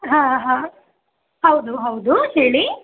ಹಾಂ ಹಾಂ ಹೌದು ಹೌದು ಹೇಳಿ